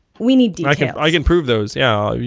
we need details i can prove those, yeah.